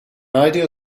ideal